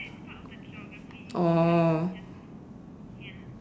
oh